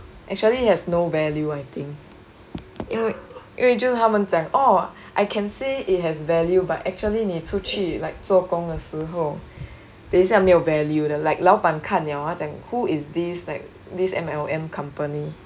actually has no value I think 因为因为就是他们讲 orh I can say it has value but actually 你出去 like 做工的时候等一下没有 value 的 like 老板看 liao ah 他讲 who is this like this M_L_M company